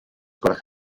gwelwch